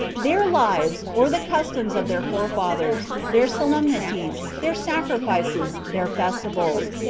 their lives, or the customs of their forefathers, their solemnities, their sacrifices, their festivals,